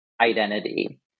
Identity